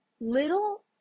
little